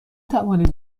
توانید